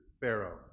Pharaoh